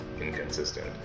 inconsistent